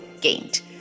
gained